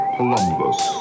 Columbus